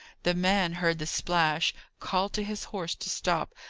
the man heard the splash, called to his horse to stop,